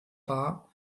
war